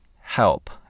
Help